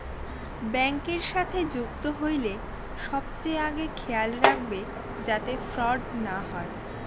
ব্যাঙ্কের সাথে যুক্ত হইলে সবচেয়ে আগে খেয়াল রাখবে যাতে ফ্রড না হয়